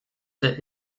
der